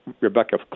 Rebecca